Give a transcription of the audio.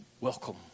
Welcome